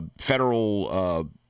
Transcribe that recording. federal